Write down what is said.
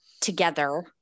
together